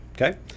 Okay